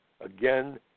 Again